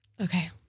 Okay